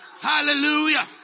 hallelujah